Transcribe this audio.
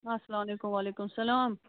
اَسلام وعلیکُم وعلیکُم سلام